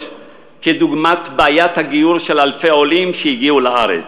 דוגמת בעיית הגיור של אלפי עולים שהגיעו לארץ,